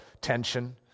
tension